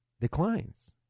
declines